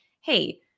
hey